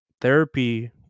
therapy